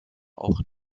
auch